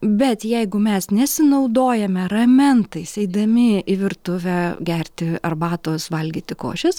bet jeigu mes nesinaudojame ramentais eidami į virtuvę gerti arbatos valgyti košės